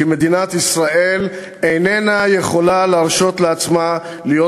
כי מדינת ישראל איננה יכולה להרשות לעצמה להיות